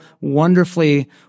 wonderfully